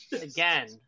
again